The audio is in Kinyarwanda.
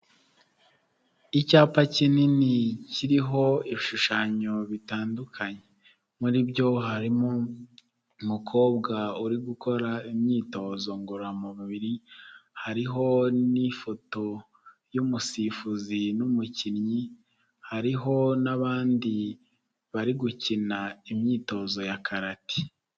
Icyapa kinini kiriho ibishushanyo bitandukanye, muri byo harimo umukobwa uri gukora imyitozo ngororamubiri, hariho n'ifoto y'umusifuzi n'umukinnyi, hariho n'abandi bari gukina imyitozo ya karate.